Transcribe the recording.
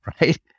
right